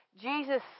Jesus